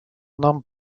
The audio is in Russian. нам